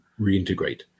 reintegrate